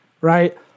right